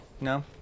No